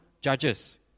judges